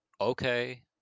Okay